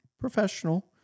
professional